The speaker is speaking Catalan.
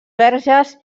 verges